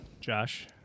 Josh